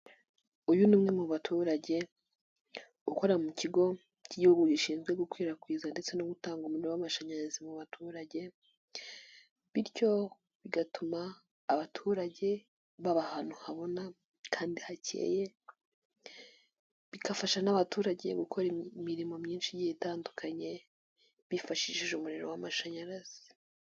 Uyu ni umwe mu baturage ukora mu kigo cy'Igihugu gishinzwe gukwirakwiza ndetse no gutanga umuriro w'amashanyarazi mu baturage, bityo bigatuma abaturage baba ahantu habona kandi hakeye, bigafasha n'abaturage gukora imirimo myinshi itandukanye bifashishije umuriro w'amashanyarazi.